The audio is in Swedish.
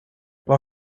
var